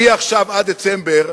מעכשיו עד דצמבר,